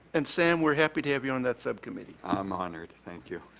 and sam, we're happy to have you on that subcommittee. i'm honored. thank you.